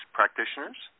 practitioners